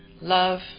Love